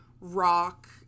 rock